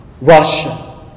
Russia